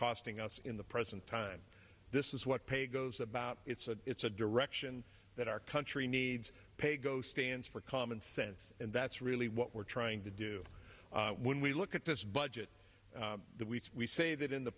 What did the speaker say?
costing us in the present time this is what pay goes about it's a it's a direction that our country needs paygo stands for common sense and that's really what we're trying to do when we look at this budget that we say that in the